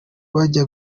bajya